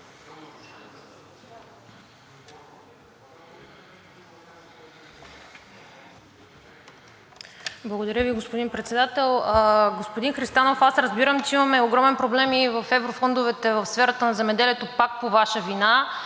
Благодаря Ви, господин Председател. Господин Христанов, аз разбирам, че имаме огромен проблем и в еврофондовете – в сферата на земеделието, пак по Ваша вина,